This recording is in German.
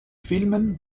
filmen